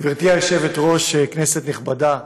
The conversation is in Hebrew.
גברתי היושבת-ראש, כנסת נכבדה,